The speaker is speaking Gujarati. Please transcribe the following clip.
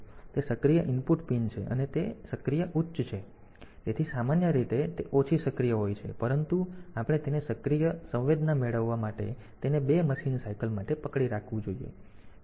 તેથી તે સક્રિય ઇનપુટ પિન છે અને તે સક્રિય ઉચ્ચ છે તેથી સામાન્ય રીતે તે ઓછી સક્રિય હોય છે પરંતુ આપણે તેને સક્રિય સંવેદના મેળવવા માટે તેને બે મશીન ચક્ર માટે પકડી રાખવું જોઈએ